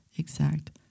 Exact